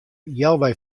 healwei